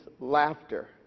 laughter